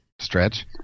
stretch